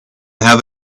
have